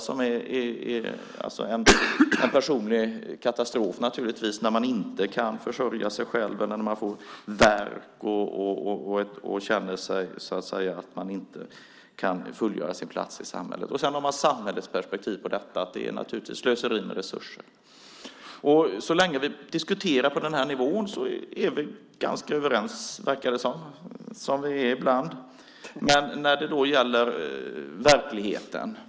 Det är naturligtvis en personlig katastrof när man inte kan försörja sig eller får värk och känner att man inte kan fullgöra sin plats i samhället. Man har också samhällets perspektiv på detta, att det är slöseri med resurser. Så länge vi diskuterar på den här nivån verkar det som om vi är ganska överens - det är vi ibland. Men vad händer i verkligheten?